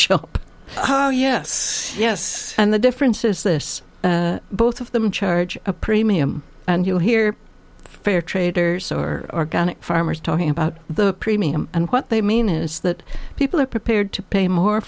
shop yes yes and the difference is this both of them charge a premium and you hear fair traders or organic farmers talking about the premium and what they mean is that people are prepared to pay more